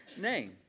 name